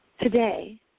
Today